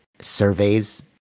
surveys